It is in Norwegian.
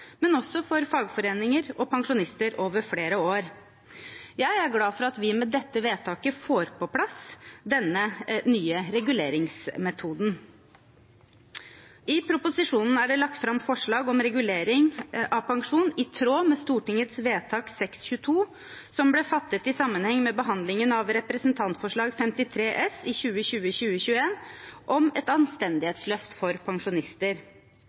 men også for fagforeninger og pensjonister, over flere år. Jeg er glad for at vi med dette vedtaket får på plass denne nye reguleringsmetoden. I proposisjonen er det lagt fram forslag om regulering av pensjon i tråd med Stortingets vedtak 622, som ble fattet i sammenheng med behandlingen av Representantforslag 53 S for 2020–2021, om et anstendighetsløft for pensjonister.